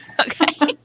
Okay